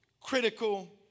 critical